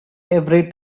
every